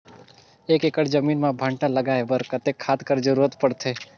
एक एकड़ जमीन म भांटा लगाय बर कतेक खाद कर जरूरत पड़थे?